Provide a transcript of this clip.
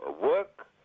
work